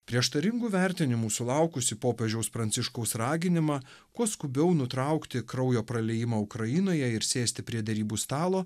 prieštaringų vertinimų sulaukusį popiežiaus pranciškaus raginimą kuo skubiau nutraukti kraujo praliejimą ukrainoje ir sėsti prie derybų stalo